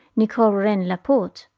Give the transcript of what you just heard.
nicole-reine lepaute,